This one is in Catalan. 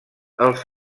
els